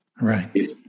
Right